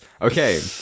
Okay